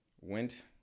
Went